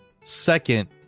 second